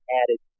added